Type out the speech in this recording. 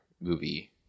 movie